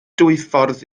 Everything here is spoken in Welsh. dwyffordd